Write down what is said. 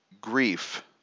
grief